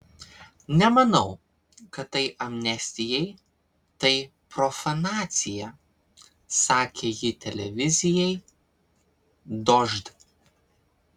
nemanau kad tai amnestijai tai profanacija sakė ji televizijai dožd